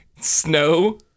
snow